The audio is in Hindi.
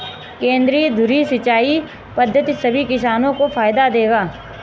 केंद्रीय धुरी सिंचाई पद्धति सभी किसानों को फायदा देगा